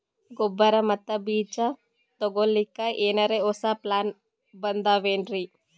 ಗೊಬ್ಬರ ಮತ್ತ ಬೀಜ ತೊಗೊಲಿಕ್ಕ ಎನರೆ ಹೊಸಾ ಪ್ಲಾನ ಬಂದಾವೆನ್ರಿ?